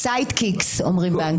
Sidekicks אומרים באנגלית.